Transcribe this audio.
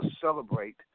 celebrate